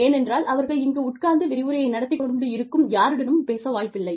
ஏனென்றால் அவர்கள் இங்கு உட்கார்ந்து விரிவுரையை நடத்திக் கொண்டு இருக்கும் யாருடனும் பேச வாய்ப்பில்லை